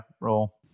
roll